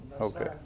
Okay